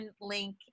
link